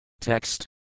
Text